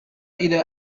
إلى